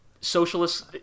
socialist